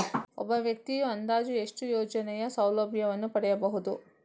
ಒಬ್ಬ ವ್ಯಕ್ತಿಯು ಅಂದಾಜು ಎಷ್ಟು ಯೋಜನೆಯ ಸೌಲಭ್ಯವನ್ನು ಪಡೆಯಬಹುದು?